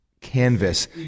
canvas